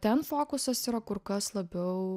ten fokusas yra kur kas labiau